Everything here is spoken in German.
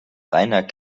reiner